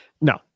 no